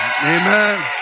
Amen